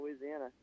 louisiana